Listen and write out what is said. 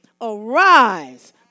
Arise